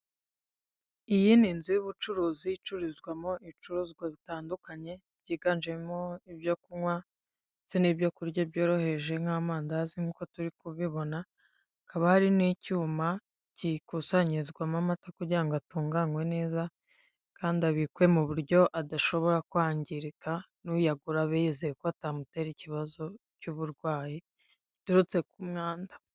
Iyi ni inzu y'ubucuruzi icururizwamo ibicuruzwa bitandukanye byiganjemo ibyo kunywa ndetse n'ibyo kurya byoroheje nk'amandazi nk'uko turi kubibona, hakaba hari n'icyuma gikusanyirizwamo amata kugira ngo atunganywe neza kandi abikwe mu buryo adashobora kwangirika n'uyagura abe yizeye ko atamutera ikibazo cy'uburwayi giturutse ku mwanda.